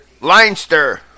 Leinster